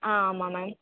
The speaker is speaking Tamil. ஆ ஆமாம் மேம்